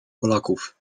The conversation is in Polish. polaków